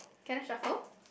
can I shuffle